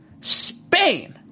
Spain